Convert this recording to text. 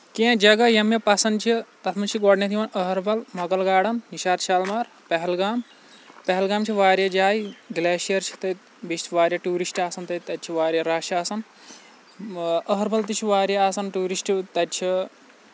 کینٛہہ جگہ یِم مےٚ پَسنٛد چھِ تَتھ منٛز چھِ گۄڈنٮ۪تھ یِمَن أہربَل مۄغل گاڈَن نِشاط شالمار پہلگام پہلگام چھِ واریاہ جایہِ گٕلیشَر چھِ تَتہِ بیٚیہِ چھِ واریاہ ٹوٗرِسٹ آسان تَتہِ تَتہِ چھِ واریاہ رَش آسان أہربَل تہِ چھُ واریاہ آسان ٹوٗرِسٹ تَتہِ چھِ